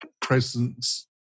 presence